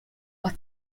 are